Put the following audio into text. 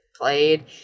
played